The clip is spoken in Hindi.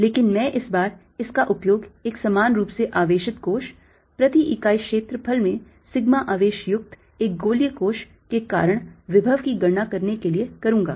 लेकिन मैं इस बार इसका उपयोग एक समान रूप से आवेशित कोश प्रति इकाई क्षेत्रफल में सिग्मा आवेश युक्त एक गोलिय कोश के कारण विभव की गणना करने के लिए करूंगा